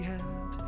end